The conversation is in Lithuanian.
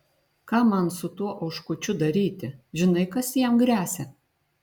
ką man su tuo oškučiu daryti žinai kas jam gresia